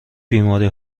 بیماری